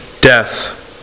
death